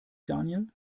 daniel